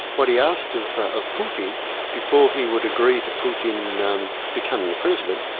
what he asked of of putin before he would agree to putin um becoming the president,